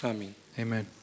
Amen